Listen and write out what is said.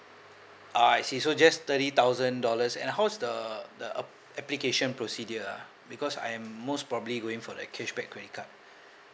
ah I see so just thirty thousand dollars and how is the the app~ application procedure ah because I am most probably going for the cashback credit card